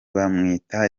bamwita